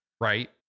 Right